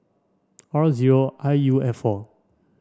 R zero I U F four